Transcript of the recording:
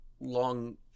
long